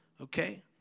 okay